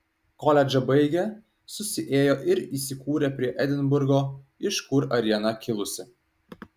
koledžą baigę susiėjo ir įsikūrė prie edinburgo iš kur ariana kilusi